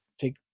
Take